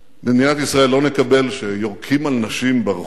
במדינת ישראל לא נקבל שיורקים על נשים ברחוב